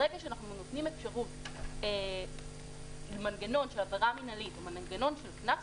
ברגע שאנחנו נותנים אפשרות למנגנון של עבירה מנהלית ומנגנון של קנס,